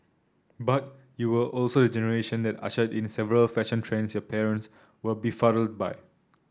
but you were also the generation that ushered in several fashion trends your parents were befuddled by